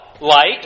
light